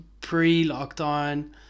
pre-lockdown